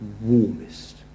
warmest